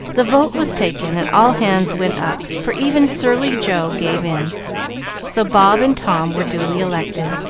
the vote was taken, and all hands went up, for even surly joe gave in so bob and tom were duly elected,